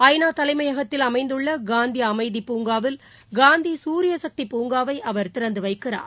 ஐ நா தலைமையகத்தில் அமைந்துள்ளகாந்திஅமைதி பூங்காவில் காந்திசூரியசக்தி பூங்காவைஅவர் திறந்துவைக்கிறார்